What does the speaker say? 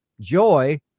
joy